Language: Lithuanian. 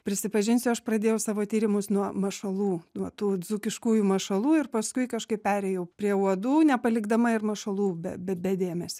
prisipažinsiu aš pradėjau savo tyrimus nuo mašalų nuo tų dzūkiškųjų mašalų ir paskui kažkaip perėjau prie uodų nepalikdama ir mašalų be be be dėmesio